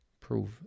prove